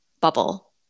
bubble